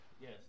Yes